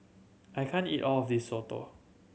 I can't eat all of this soto